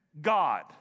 God